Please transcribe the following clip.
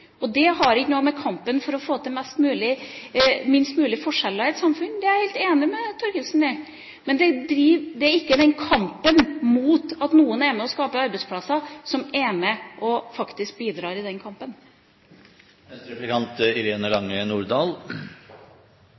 og det har ikke noe med kampen for å få til minst mulig forskjeller i et samfunn å gjøre, det er jeg er helt enig med Thorkildsen i, men det er ikke kampen mot at noen er med på å skape arbeidsplasser som faktisk bidrar her. Venstre vil gjennom sterk satsing på fornybar energi sikre at Norge opprettholder sin posisjon som energinasjon. Men i